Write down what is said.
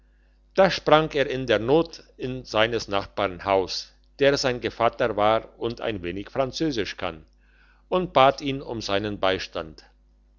da sprang er in der not in seines nachbarn haus der sein gevatter war und ein wenig französisch kann und bat ihn um seinen beistand